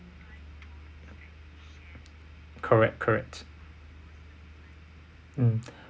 correct correct mm